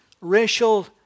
racial